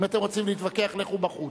אם אתם רוצים להתווכח, לכו בחוץ.